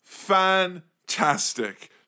Fantastic